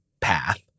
path